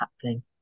happening